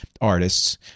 artists